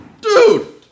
dude